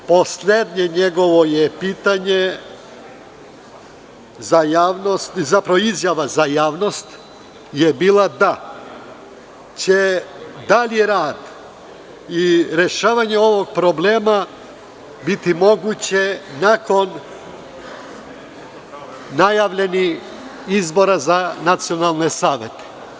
Poslednja njegova izjava za javnost je bila da će dalji rad i rešavanje ovog problema biti moguće nakon najavljenih izbora za nacionalne savete.